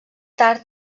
tard